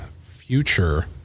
future